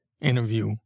interview